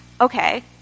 okay